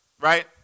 right